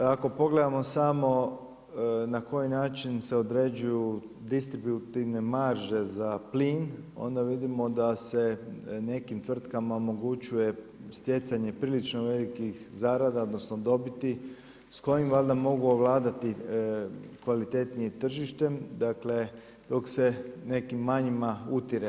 Ako pogledamo samo na koji način se određuju distributivne marže za plin onda vidimo da se nekim tvrtkama omogućuje stjecanje prilično velikih zarada odnosno dobiti s kojim valjda mogu ovladati kvalitetnijim tržištem dakle dok se nekim manjima utire.